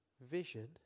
vision